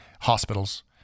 hospitals